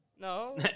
No